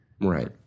Right